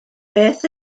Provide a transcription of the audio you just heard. beth